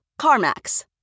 CarMax